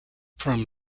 from